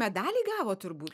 medalį gavot turbūt